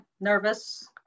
nervous